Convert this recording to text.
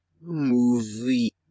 movie